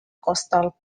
coastal